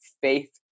faith